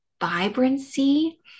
vibrancy